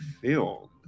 film